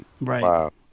Right